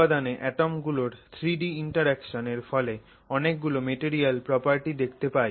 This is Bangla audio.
উপাদানে অ্যাটম গুলোর 3-ডি ইন্টারঅ্যাকশন এর ফলে অনেক গুলো মেটেরিয়াল প্রপার্টি দেখতে পাই